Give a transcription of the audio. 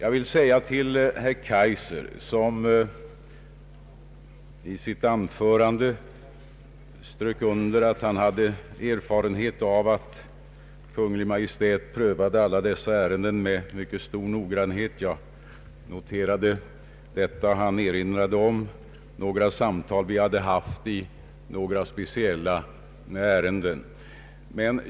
Herr Kajiser underströk i sitt anförande att han hade erfarenhet av att Kungl. Maj:t prövade alla dessa ärenden med mycket stor noggrannhet. Han erinrade om några samtal som vi hade haft i en del speciella ärenden.